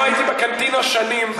לא הייתי ב"קנטינה" שנים,